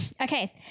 okay